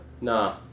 Nah